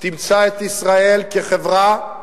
תמצא את עצמה בחברה,